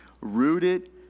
rooted